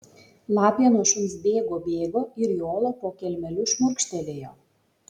lapė nuo šuns bėgo bėgo ir į olą po kelmeliu šmurkštelėjo